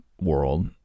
world